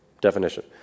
definition